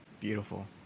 Beautiful